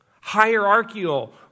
hierarchical